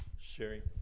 Sherry